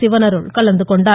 சிவனருள் கலந்து கொண்டார்